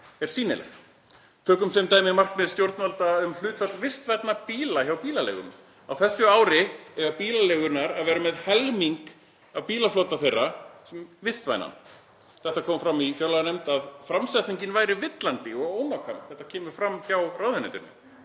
er sýnilegt. Tökum sem dæmi markmið stjórnvalda um hlutfall vistvænna bíla hjá bílaleigunum. Á þessu ári eiga bílaleigurnar að vera með helming af bílaflotanum sem vistvænan. Það kom fram í fjárlaganefnd að framsetningin væri villandi og ónákvæm — þetta kemur fram hjá ráðuneytinu,